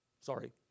sorry